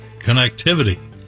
connectivity